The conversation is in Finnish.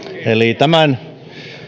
eli tämän